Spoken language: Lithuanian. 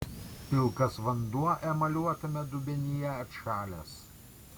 pilkas vanduo emaliuotame dubenyje atšalęs